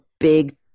big